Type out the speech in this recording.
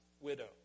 widow